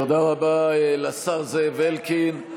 תודה רבה לשר אלקין.